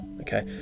okay